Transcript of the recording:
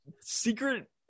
secret